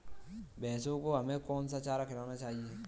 भैंसों को हमें कौन सा चारा खिलाना चाहिए?